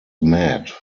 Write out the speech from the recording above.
mad